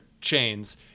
chains